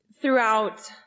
Throughout